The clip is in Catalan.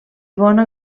bona